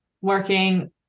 working